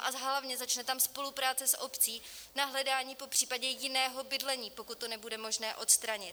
A hlavně tam začne spolupráce s obcí na hledání popřípadě jiného bydlení, pokud to nebude možné odstranit.